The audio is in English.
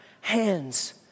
hands